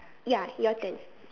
ya your turn